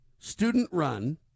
student-run